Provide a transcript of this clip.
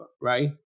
right